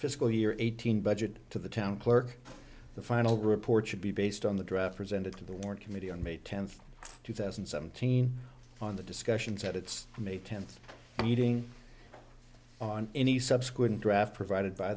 fiscal year eighteen budget to the town clerk the final report should be based on the draft presented to the war committee on may tenth two thousand and seventeen on the discussions at its may tenth meeting on any subsequent draft provided by